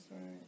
right